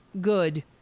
good